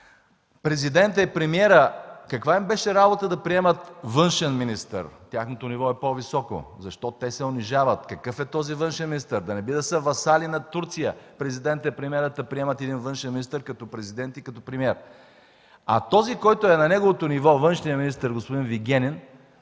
Президентът и премиерът – каква им беше работата да приемат външен министър? Тяхното ниво е по-високо. Защо се унижават? Какъв е този външен министър, да не би да са васали на Турция Президентът и премиерът, та да приемат един външен министър като президент и като премиер? А този, който е на неговото ниво – външният министър господин Вигенин,